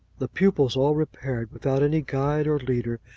the pupils all repaired, without any guide or leader,